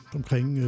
omkring